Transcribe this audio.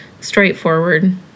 straightforward